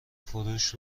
فروش